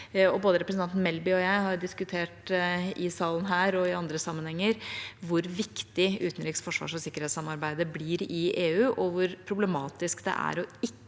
Både representanten Melby og jeg har diskutert i salen her, og i andre sammenhenger, hvor viktig utenriks-, forsvars- og sikkerhetssamarbeidet blir i EU, og hvor problematisk det er ikke